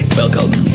welcome